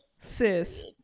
sis